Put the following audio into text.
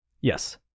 Yes